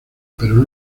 pero